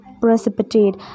precipitate